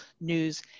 news